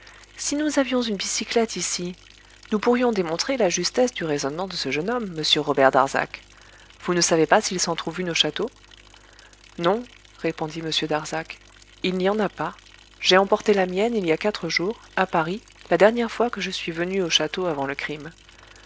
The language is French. si nous avions une bicyclette ici nous pourrions démontrer la justesse du raisonnement de ce jeune homme monsieur robert darzac vous ne savez pas s'il s'en trouve une au château non répondit darzac il n'y en a pas j'ai emporté la mienne il y a quatre jours à paris la dernière fois que je suis venu au château avant le crime